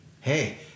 hey